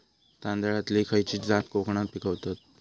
तांदलतली खयची जात कोकणात पिकवतत?